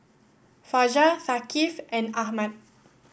Fajar Thaqif and Ahmad